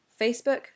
Facebook